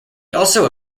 also